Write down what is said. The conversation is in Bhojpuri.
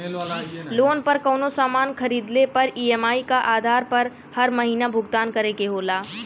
लोन पर कउनो सामान खरीदले पर ई.एम.आई क आधार पर हर महीना भुगतान करे के होला